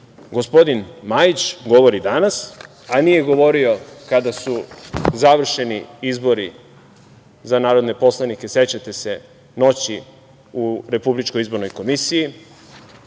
gospodin Majić govori danas, a nije govorio kada su završeni izbori za narodne poslanike.Sećate se noći u Republičkoj izbornoj komisiji,